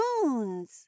spoons